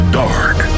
dark